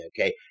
okay